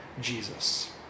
Jesus